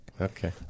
Okay